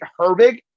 Herbig